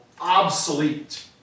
obsolete